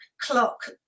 clock